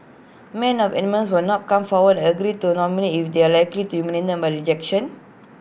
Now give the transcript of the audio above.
men of eminence will not come forward and agree to nomination if they are likely to be humiliated by rejection